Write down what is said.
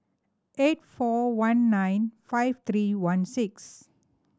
eight four one nine five three one six